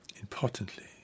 Importantly